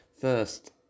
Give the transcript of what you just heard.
first